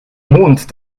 mond